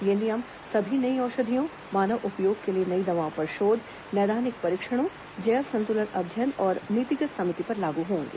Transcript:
ये नियम सभी नई औषधियों मानव उपयोग के लिए नई दवाओं पर शोध नैदानिक परीक्षणों जैव संतुलन अध्ययन और नीतिगत समिति पर लागू होंगे